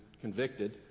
convicted